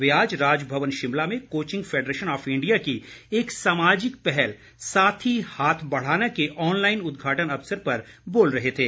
वे आज राजभवन शिमला में coaching federation of India की एक सामाजिक पहल साथी हाथ बढ़ाना के ऑनलाइन उदघाटन अवसर पर बोल रहे थे